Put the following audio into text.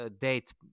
date